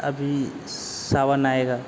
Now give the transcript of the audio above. अभी सावन आएगा